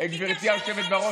בטח